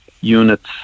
units